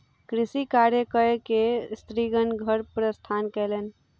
कृषि कार्य कय के स्त्रीगण घर प्रस्थान कयलैन